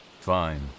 Fine